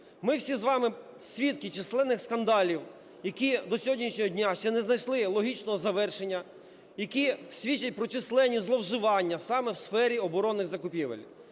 Ми всі з вами свідки численних скандалів, які до сьогоднішнього дня ще не знайшли логічного завершення, які свідчать про численні зловживання саме в сфері оборонних закупівель.